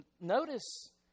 notice